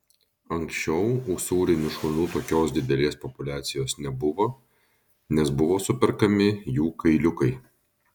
anksčiau usūrinių šunų tokios didelės populiacijos nebuvo nes buvo superkami jų kailiukai